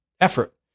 effort